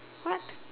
what